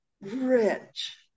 rich